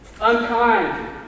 unkind